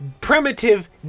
primitive